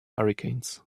hurricanes